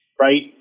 right